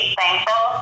thankful